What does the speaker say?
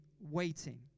waiting